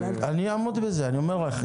אני אעמוד בזה, אני אומר לך.